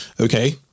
Okay